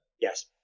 Yes